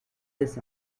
this